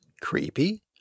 creepy